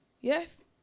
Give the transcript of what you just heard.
Yes